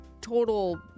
total